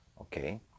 okay